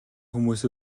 хүмүүс